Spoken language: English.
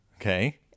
Okay